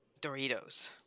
Doritos